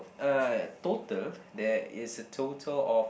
uh total there is a total of